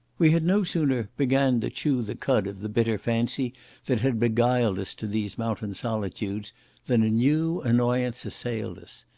we had no sooner began to chew the cud of the bitter fancy that had beguiled us to these mountain solitudes than a new annoyance assailed us.